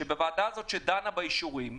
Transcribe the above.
שבוועדה שדנה באישורים,